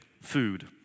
food